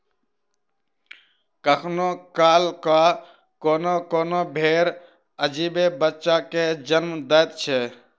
कखनो काल क कोनो कोनो भेंड़ अजीबे बच्चा के जन्म दैत छै